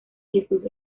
jesús